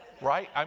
Right